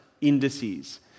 indices